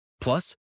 Plus